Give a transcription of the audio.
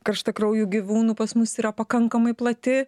karštakraujų gyvūnų pas mus yra pakankamai plati